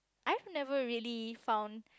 I've never really found